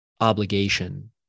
obligation